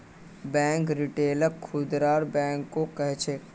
bank रिटेलक खुदरा बैंको कह छेक